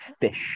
fish